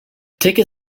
ticket